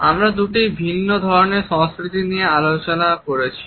আমরা দুটি ভিন্ন ধরণের সংস্কৃতি নিয়ে আলোচনা করেছি